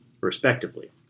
respectively